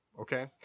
Okay